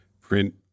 print